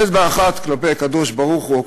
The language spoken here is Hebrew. אצבע אחת כלפי הקדוש-ברוך-הוא,